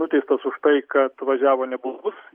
nuteistas už tai kad važiavo neblaivus